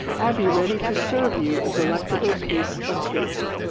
i'll be ready to serve you a delectable piece of cake.